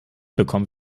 bekommen